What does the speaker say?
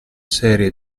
serie